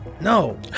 No